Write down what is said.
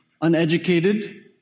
uneducated